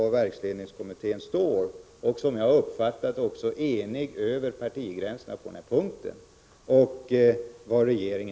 Diskussionen på den här punkten skall vara saklig.